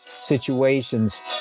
situations